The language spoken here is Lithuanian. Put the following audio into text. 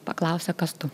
paklausia kas tu